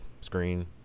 screen